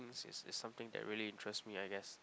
is is something that really interest me I guess